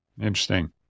Interesting